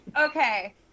Okay